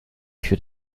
should